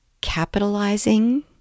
capitalizing